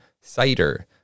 cider